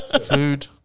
Food